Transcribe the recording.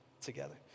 together